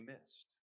missed